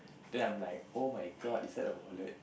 then I'm like oh-my-god is that a wallet